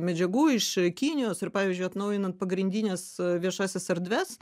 medžiagų iš kinijos ir pavyzdžiui atnaujinant pagrindines viešąsias erdves